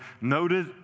Noted